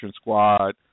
squad